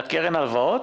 לקרן ההלוואות?